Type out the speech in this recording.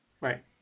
Right